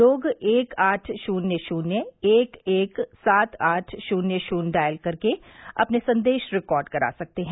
लोग एक आठ शुन्य शुन्य एक एक सात आठ शुन्य शुन्य डायल कर के अपने संदेश रिकार्ड करा सकते हैं